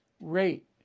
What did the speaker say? rate